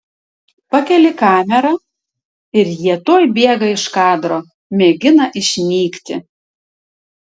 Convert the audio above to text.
pakeli kamerą ir jie tuoj bėga iš kadro mėgina išnykti